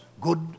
good